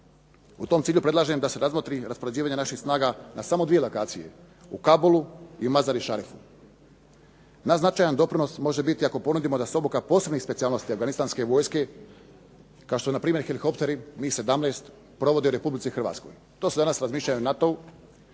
U tom cilju predlažem da se razmotri raspoređivanje naših snaga na samo dvije lokacije u Kabulu i …/Govornik se ne razumije./… Naš značajan doprinos može biti ako ponudimo da se obuka posebne …/Govornik se ne razumije./… afganistanske vojske, kao što je npr. helikopteri, MIG17 provode Republici Hrvatskoj. To se danas razmišlja i u NATO-u